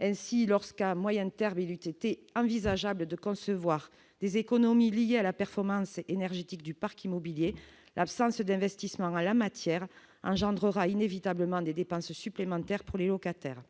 ainsi lorsqu'à moyenne Tervel eut été envisageable de concevoir des économies liées à la performance énergétique du parc immobilier, l'absence d'investissement dans la matière, un gendre aura inévitablement des dépenses supplémentaires pour les locataires